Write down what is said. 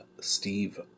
Steve